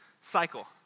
cycle